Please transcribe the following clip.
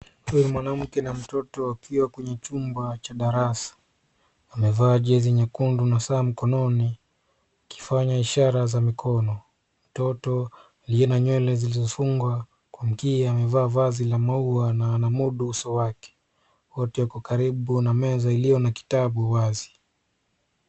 Huyu mwanamke na mtoto akiwa kwenye chumba cha darasa. Amevaa jezi nyekundu na saa mkononi, ikifanya ishara za mikono. Mtoto aliye na nywele zilizofungwa kwa njia ya amevaa vazi la maua na anamudu uso wake. Wote uko karibu na meza iliyo na kitabu wazi.